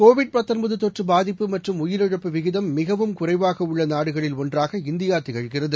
Covid தொற்று பாதிப்பு மற்றும் உயிரிழப்பு விகிதம் மிகவும் குறைவாக உள்ள நாடுகளில் ஒன்றாக இந்தியா திகழ்கிறது